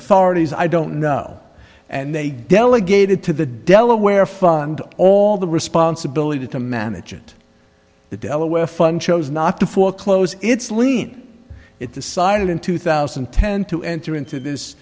authorities i don't know and they delegated to the delaware fund all the responsibility to manage it the delaware fun chose not to foreclose it's lien it decided in two thousand and ten to enter into this